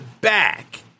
back